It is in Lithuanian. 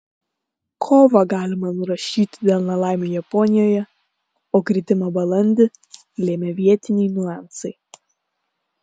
kovą galima nurašyti dėl nelaimių japonijoje o kritimą balandį lėmė vietiniai niuansai